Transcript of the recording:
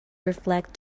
reflect